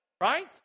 Right